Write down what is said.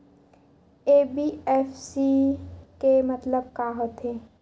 NBFC के मतलब का होथे?